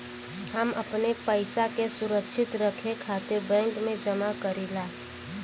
हम अपने पइसा के सुरक्षित रखे खातिर बैंक में जमा करीला